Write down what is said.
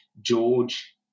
George